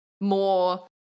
more